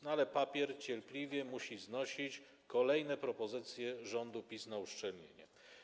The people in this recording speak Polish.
No ale papier cierpliwie musi znosić kolejne propozycje rządu PiS dotyczące uszczelnienia.